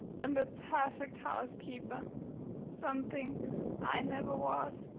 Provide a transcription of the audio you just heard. and a perfect housekeeper something i never was.